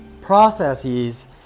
processes